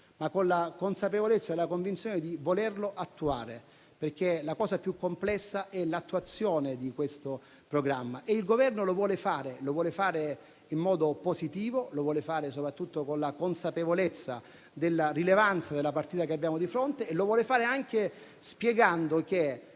ma con la consapevolezza e la convinzione di volerlo attuare, perché la cosa più complessa è l'attuazione di questo programma. Il Governo lo vuole fare in modo positivo e soprattutto con la consapevolezza della rilevanza della partita che ha di fronte; lo vuole fare anche spiegando che